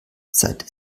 seit